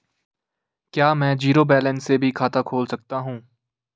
क्या में zero balance से भी खाता खोल सकता हूँ?